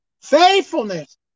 Faithfulness